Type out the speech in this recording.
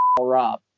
rob